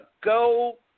go